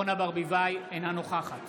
אינה נוכחת